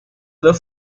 dos